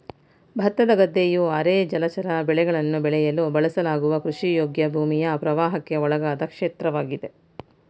ಭತ್ತದ ಗದ್ದೆಯು ಅರೆ ಜಲಚರ ಬೆಳೆಗಳನ್ನು ಬೆಳೆಯಲು ಬಳಸಲಾಗುವ ಕೃಷಿಯೋಗ್ಯ ಭೂಮಿಯ ಪ್ರವಾಹಕ್ಕೆ ಒಳಗಾದ ಕ್ಷೇತ್ರವಾಗಿದೆ